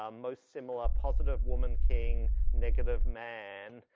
um most similar positive woman king, negative man.